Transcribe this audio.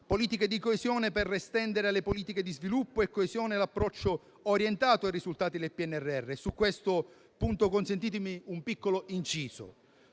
politiche di coesione per estendere alle politiche di sviluppo e coesione l'approccio orientato ai risultati del PNRR. Su questo punto, consentitemi un piccolo inciso: